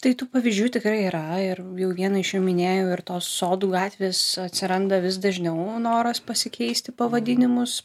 tai tų pavyzdžių tikrai yra ir jau vieną iš jų minėjau ir tos sodų gatvės atsiranda vis dažniau noras pasikeisti pavadinimus